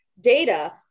data